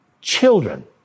children